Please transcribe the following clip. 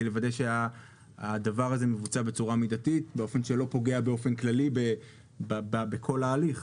לוודא שהדבר הזה מבוצע בצורה מידתית באופן שלא פוגע באופן כללי בכל ההליך,